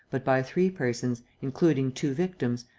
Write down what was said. but by three persons, including two victims,